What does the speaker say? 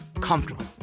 comfortable